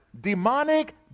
demonic